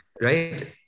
right